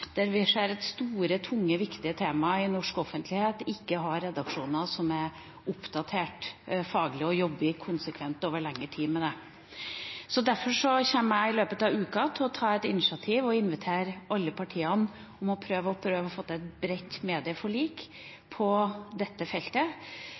der vi ser at store, tunge og viktige temaer i norsk offentlighet ikke dekkes av redaksjoner som er faglig oppdatert, og som jobber konsekvent og over lengre tid med dem. Derfor kommer jeg i løpet av uka til å ta et initiativ og invitere alle partiene til å prøve å få til et bredt medieforlik